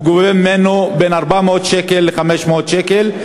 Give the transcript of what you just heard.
הוא גובה ממנו בין 400 שקלים ל-500 שקלים.